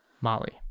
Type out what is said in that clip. Molly